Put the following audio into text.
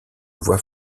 voie